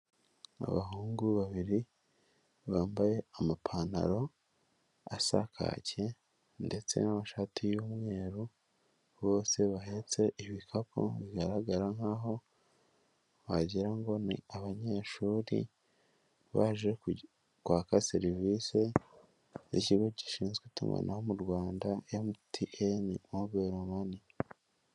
Abahungu babiri bambaye amapantaro asa kake ndetse n'amashati y'umweru, bose bahetse ibikapu bigaragara nk'aho wagira ngo ni abanyeshuri, baje kwaka serivise z'ikigo gishinzwe itumanaho mu Rwanda MTN mubayilo mani.